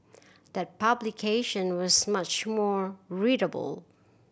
that publication was much more readable